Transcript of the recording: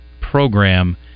program